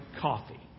coffee